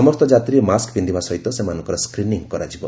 ସମସ୍ତ ଯାତ୍ରୀ ମାସ୍କ ପିନ୍ଧିବା ସହିତ ସେମାନଙ୍କର ସ୍କ୍ରିନିଂ କରାଯିବ